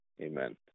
Amen